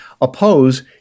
oppose